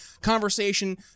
conversation